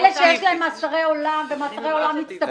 אלה שיש להם מאסרי עולם ומאסרי עולם מצטברים?